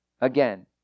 again